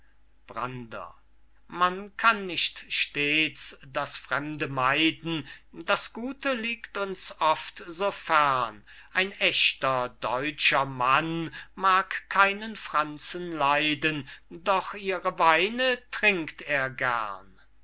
brander man kann nicht stets das fremde meiden das gute liegt uns oft so fern ein echter deutscher mann mag keinen franzen leiden doch ihre weine trinkt er gern